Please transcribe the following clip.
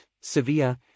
Sevilla